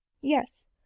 Yes